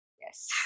Yes